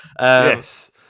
Yes